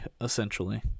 essentially